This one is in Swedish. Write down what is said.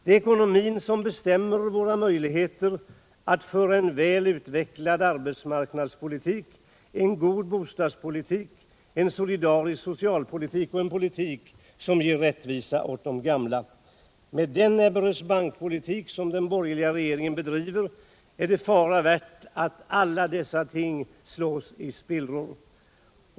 Det är ekonomin som bestämmer våra möjligheter att föra en väl utvecklad arbetsmarknadspolitik, en god bostadspolitik, en solidarisk socialpolitik och en politik som ger rättvisa åt de gamla. Med den Ebberöds Bank-politik som den borgerliga regeringen bedriver är det fara värt att alla dessa ting slås i spillror.